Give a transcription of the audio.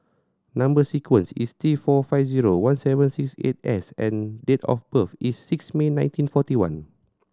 number sequence is T four five zero one seven six eight S and date of birth is six May nineteen forty one